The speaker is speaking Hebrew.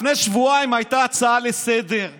לפני שבועיים הייתה הצעה לסדר-היום,